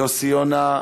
יוסי יונה,